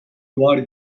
war